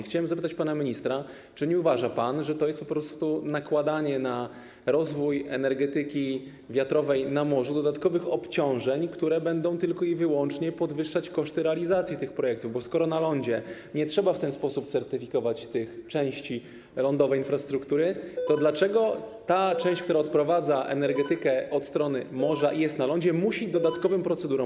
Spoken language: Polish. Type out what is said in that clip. Chciałbym zapytać pana ministra: Czy nie uważa pan, że to jest po prostu nakładanie na rozwój energetyki wiatrowej na morzu dodatkowych obciążeń, które będą wyłącznie podwyższać koszty realizacji tych projektów, bo skoro na lądzie nie trzeba w ten sposób certyfikować tych części lądowej infrastruktury, to dlaczego ta część, która odprowadza energetykę od strony morza i jest na lądzie, musi podlegać dodatkowym procedurom?